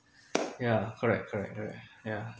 yeah correct correct correct yeah